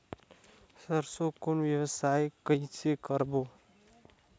सरसो कौन व्यवसाय कइसे करबो?